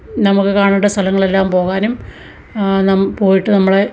നമുക്ക് കാണേണ്ട സ്ഥലങ്ങൾ എല്ലാം പോവാനും നാം പോയിട്ട് നമ്മളെ